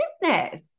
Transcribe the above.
business